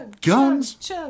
guns